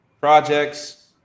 projects